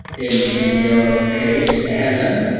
in in your case helen.